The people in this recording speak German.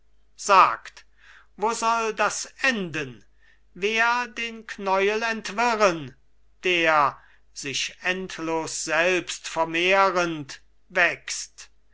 sagt wo soll das enden wer den knäul entwirren der sich endlos selbst vermehrend wächst